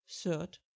Third